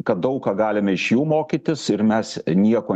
kad daug ką galime iš jų mokytis ir mes nieko